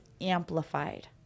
amplified